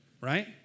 right